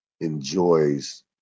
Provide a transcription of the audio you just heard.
enjoys